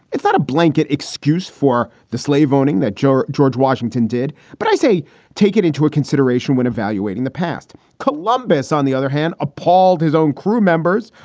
it's not a blanket excuse for the slave owning that jar george washington did. but i say take it into a consideration when evaluating the past. columbus, on the other hand, appalled his own crew members,